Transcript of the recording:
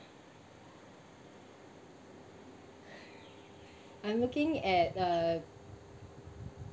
I'm looking at uh